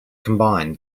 combine